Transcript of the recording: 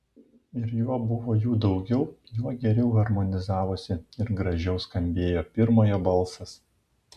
ir juo buvo jų daugiau juo geriau harmonizavosi ir gražiau skambėjo pirmojo balsas